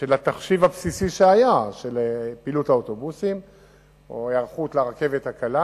של התחשיב הבסיסי שהיה של פעילות האוטובוסים או ההיערכות לרכבת הקלה.